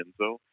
Enzo